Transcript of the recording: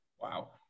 Wow